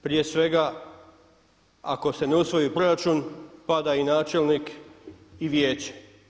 Prije svega ako se ne usvoji proračun pada i načelnik i vijeće.